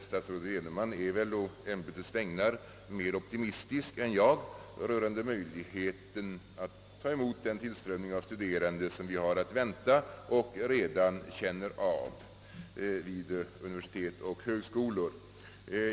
Statsrådet Edenman är väl å ämbetets vägnar mer optimistisk än jag rörande möjligheten att ta emot den tillströmning av studerande som vi har att vänta och redan känner av vid universitet och högskolor.